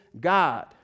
God